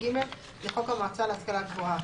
25ג לחוק המועצה להשכלה גבוהה".